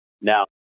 Now